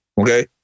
okay